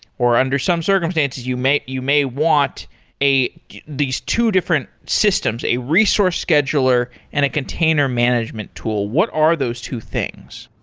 or under some circumstances you may you may want these two different systems, a resource scheduler and a container management tool. what are those two things?